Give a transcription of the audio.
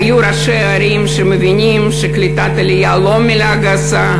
היו ראשי ערים שהבינו שקליטת עלייה היא לא מילה גסה,